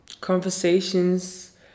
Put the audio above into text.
conversations